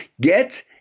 Get